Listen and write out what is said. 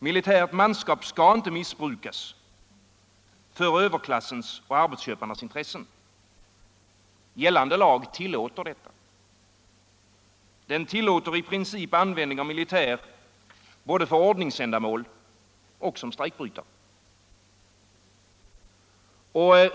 Militärt manskap skall inte missbrukas för överklassens och arbetsköparnas intressen. Gällande lag tillåter detta. Den tillåter i princip användning av militär både för ordningsändamål och för strejkbrytare.